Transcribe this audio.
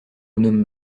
gnome